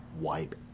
wipe